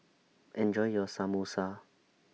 Enjoy your Samosa